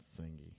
thingy